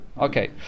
Okay